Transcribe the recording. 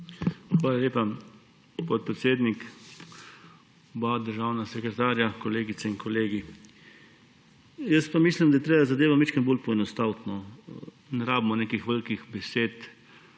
Hvala lepa, gospod podpredsednik. Oba državna sekretarja, kolegice in kolegi! Jaz pa mislim, da je treba zadevo malo bolj poenostaviti. Ne rabimo nekih velikih besed,